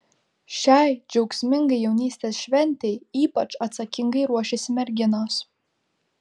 šiai džiaugsmingai jaunystės šventei ypač atsakingai ruošiasi merginos